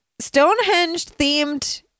Stonehenge-themed